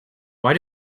why